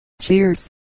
Cheers